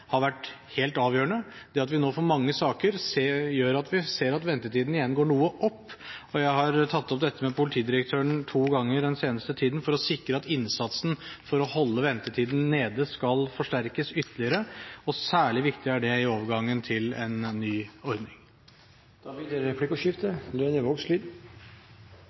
har vært helt avgjørende. Det at vi nå får mange saker, gjør at vi ser at ventetiden igjen går noe opp. Jeg har tatt opp dette med politidirektøren to ganger den seneste tiden for å sikre at innsatsen for å holde ventetiden nede skal forsterkes ytterligere – og særlig viktig er det i overgangen til en ny ordning. Det blir replikkordskifte.